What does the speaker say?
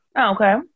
Okay